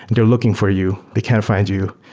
they're looking for you. they can't fi nd you.